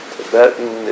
Tibetan